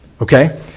Okay